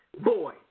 boy